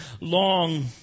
long